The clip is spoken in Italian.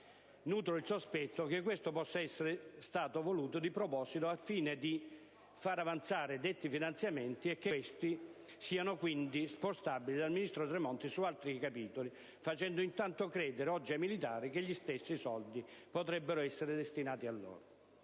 Nutro il sospetto che questo possa essere stato voluto di proposito al fine di far avanzare detti finanziamenti e che questi siano quindi spostabili dal ministro Tremonti su altri capitoli, facendo intanto credere oggi ai militari che gli stessi soldi potrebbero essere destinati a loro.